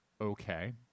Okay